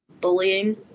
Bullying